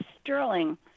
Sterling